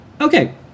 Okay